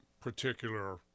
particular